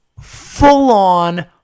full-on